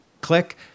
click